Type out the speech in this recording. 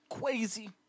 Crazy